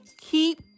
Keep